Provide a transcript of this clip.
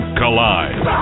collide